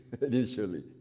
initially